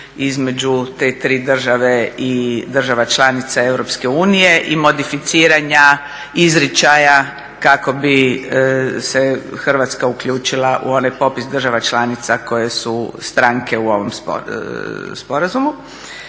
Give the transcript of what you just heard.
između te tri države i država članica EU i modificiranja izričaja kako bi se Hrvatska uključila u onaj popis država članica koje su stranke u ovom sporazumu.